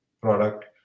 product